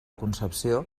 concepció